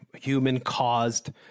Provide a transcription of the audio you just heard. human-caused